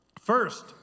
First